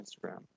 Instagram